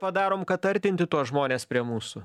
padarom kad artinti tuos žmones prie mūsų